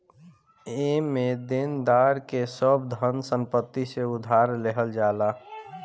एमे देनदार के सब धन संपत्ति से उधार लेहल जाला